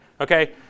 Okay